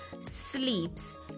sleeps